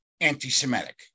anti-Semitic